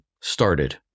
started